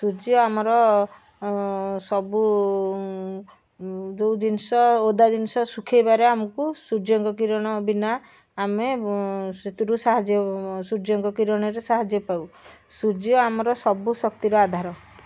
ସୂର୍ଯ୍ୟ ଆମର ସବୁ ଯେଉଁ ଜିନିଷ ଓଦା ଜିନିଷ ଶୁଖେଇବାରେ ଆମକୁ ସୂର୍ଯ୍ୟଙ୍କ କିରଣ ବିନା ଆମେ ସେଥିରୁ ସାହାଯ୍ୟ ସୂର୍ଯ୍ୟଙ୍କ କିରଣରେ ସାହାଯ୍ୟ ପାଉ ସୂର୍ଯ୍ୟ ଆମର ସବୁ ଶକ୍ତିର ଆଧାର